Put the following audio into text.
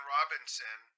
Robinson